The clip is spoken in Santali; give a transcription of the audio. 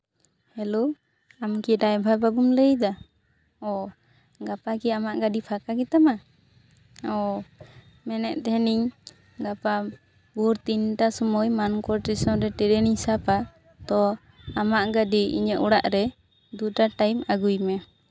ᱦᱮᱞᱳ ᱟᱢ ᱠᱤ ᱰᱟᱭᱵᱷᱟᱨ ᱵᱟᱹᱵᱩᱢ ᱞᱟᱹᱭ ᱮᱫᱟ ᱚᱸᱻ ᱜᱟᱯᱟ ᱠᱤ ᱟᱢᱟᱜ ᱜᱟᱹᱰᱤ ᱯᱷᱟᱠᱟ ᱜᱮᱛᱟᱢᱟ ᱚᱸᱻ ᱢᱮᱱᱮᱫ ᱛᱟᱦᱮᱱᱤᱧ ᱜᱟᱯᱟ ᱵᱷᱳᱨ ᱛᱤᱱᱴᱟ ᱥᱚᱢᱚᱭ ᱢᱟᱠᱚᱨ ᱴᱮᱥᱚᱱ ᱨᱮ ᱴᱨᱮᱱᱤᱧ ᱥᱟᱯᱟ ᱛᱚ ᱟᱢᱟᱜ ᱜᱟᱹᱰᱤ ᱤᱧᱟᱹᱜ ᱚᱲᱟᱜ ᱨᱮ ᱫᱩᱴᱟ ᱴᱟᱭᱤᱢ ᱟ ᱜᱩᱭ ᱢᱮ